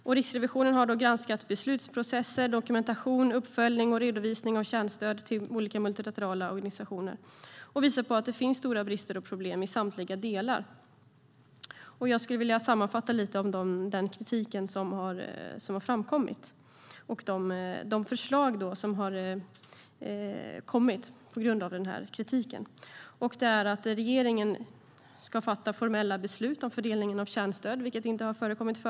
Riksrevisionen har granskat beslutsprocesser, dokumentation, uppföljning och redovisning av kärnstöd till olika multilaterala organisationer. Granskningen visar att det finns stora brister och problem i samtliga delar. Sammanfattningsvis har följande kritik och förslag framkommit. Regeringen bör fatta formella beslut om fördelningen av kärnstöd, vilket tidigare inte har förekommit.